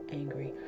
angry